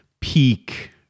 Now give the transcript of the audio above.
peak